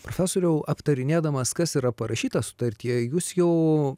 profesoriau aptarinėdamas kas yra parašyta sutartyje jūs jau